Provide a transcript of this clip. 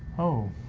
oh,